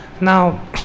Now